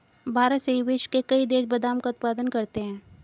भारत सहित विश्व के कई देश बादाम का उत्पादन करते हैं